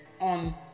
on